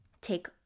take